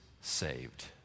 saved